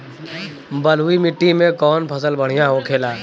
बलुई मिट्टी में कौन फसल बढ़ियां होखे ला?